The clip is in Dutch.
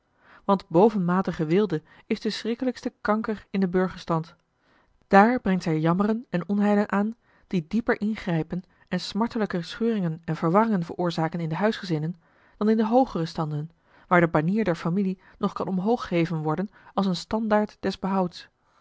want bovenmatige weelde is de schrikkelijkste kanker in den burgerstand dààr brengt zij jammeren en onheilen aan die dieper ingrijpen en smartelijker scheuringen en verwarringen veroorzaken in de huisgezinnen dan in de hoogere standen waar de banier der familie nog kan omhoog geheven worden als een standaard des behouds